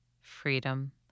Freedom